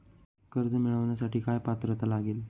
कर्ज मिळवण्यासाठी काय पात्रता लागेल?